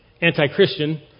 anti-Christian